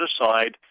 aside